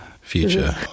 Future